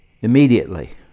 Immediately